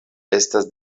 estas